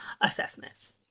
assessments